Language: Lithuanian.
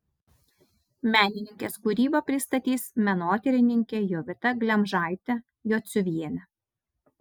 menininkės kūrybą pristatys menotyrininkė jovita glemžaitė jociuvienė